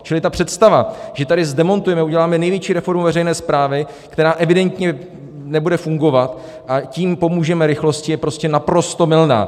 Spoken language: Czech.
Čili ta představa, že tady zdemontujeme, uděláme největší reformu veřejné správy, která evidentně nebude fungovat, a tím pomůžeme rychlosti, je prostě naprosto mylná.